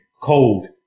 cold